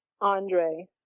Andre